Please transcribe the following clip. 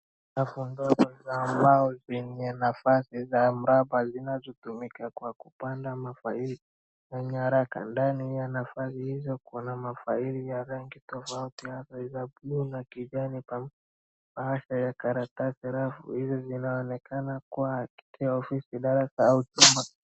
Rafu ndogo za mabo zenye nafasi ya mraba zinazotumika kwa kupanga mafaili kwenye haraka. Kuna mafaili ya rangi tofauti, za buluu na kijani, na bahasha ya karatasi rafu inaonekana kuwa ofisi au darasa.